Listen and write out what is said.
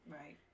Right